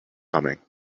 coming